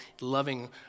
loving